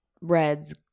reds